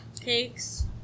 cakes